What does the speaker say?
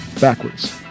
Backwards